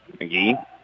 McGee